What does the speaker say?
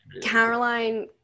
Caroline